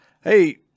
Hey